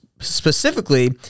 specifically